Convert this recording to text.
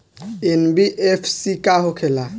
NBFC का होंखे ला?